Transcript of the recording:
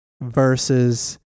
versus